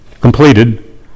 completed